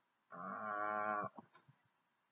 ah